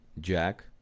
Jack